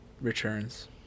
returns